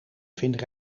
vindt